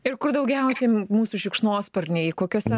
ir kur daugiausiai mūsų šikšnosparniai kokiuose